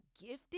gifted